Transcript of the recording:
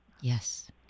Yes